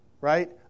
right